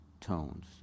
tones